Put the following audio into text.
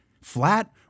flat